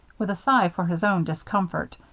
with a sigh for his own discomfort,